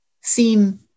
seem